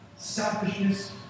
selfishness